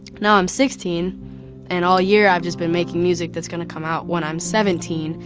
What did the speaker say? now i'm sixteen and all year, i've just been making music that's gonna come out when i'm seventeen.